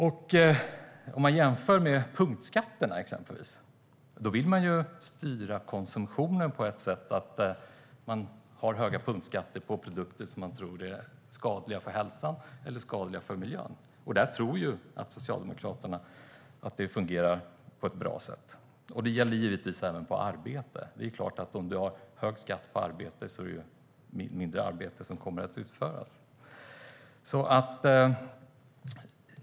Man kan jämföra med exempelvis punktskatterna, där man vill styra konsumtionen på så sätt att man har höga punktskatter på produkter som man tror är skadliga för hälsan eller miljön. Socialdemokraterna tror att det fungerar på ett bra sätt. Detta gäller givetvis även skatt på arbete. Om man har hög skatt på arbete kommer såklart mindre arbete att utföras.